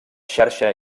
xarxa